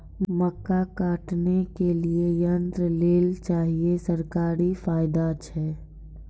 मक्का काटने के लिए यंत्र लेल चाहिए सरकारी फायदा छ?